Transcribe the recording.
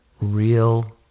real